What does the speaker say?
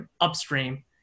upstream